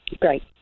Great